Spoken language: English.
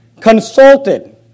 consulted